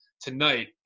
tonight